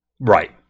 Right